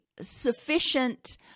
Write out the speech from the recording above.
sufficient